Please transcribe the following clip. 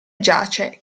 giace